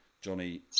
Johnny